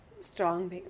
strong